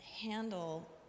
handle